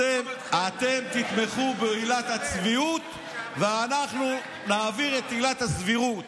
אתם תתמכו בעילת הצביעות ואנחנו נעביר את עילת הסבירות.